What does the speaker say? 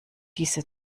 diese